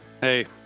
Hey